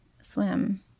swim